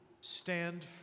Stand